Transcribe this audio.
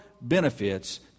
benefits